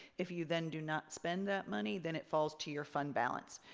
if you then do not spend that money then it falls to your fund balance.